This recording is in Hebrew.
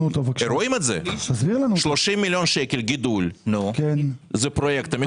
30 מיליון שקלים גידול, זה פרויקט המחשוב.